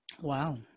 wow